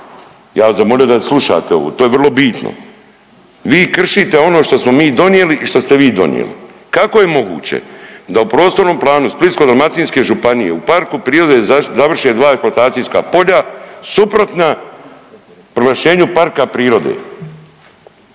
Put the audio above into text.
Ja bi zamolio da slušate ovo, to je vrlo bitno. Vi kršite ono što smo mi donijeli i što ste vi donijeli. Kako je moguće da u prostornom planu Splitsko-dalmatske županije u parku prirode završe dva eksploatacijska polja suprotna proglašenju parka prirode,